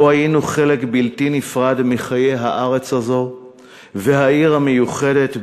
פה היינו חלק בלתי נפרד מחיי הארץ הזאת והעיר המיוחדת,